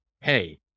hey